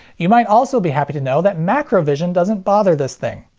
you might also be happy to know that macrovision doesn't bother this thing.